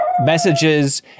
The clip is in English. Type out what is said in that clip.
messages